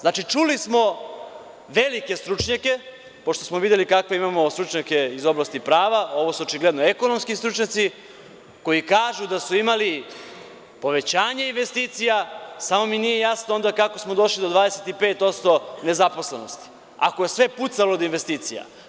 Znači, čuli smo velike stručnjake, pošto smo videli kakve imamo stručnjake iz oblasti prava, ovo su očigledno ekonomski stručnjaci, koji kažu da su imali povećanje investicija, samo mi nije jasno onda kako smo došli do 25% nezaposlenosti, ako je sve pucalo od investicija.